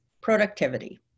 productivity